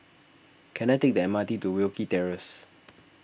can I take the M R T to Wilkie Terrace